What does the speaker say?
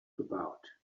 about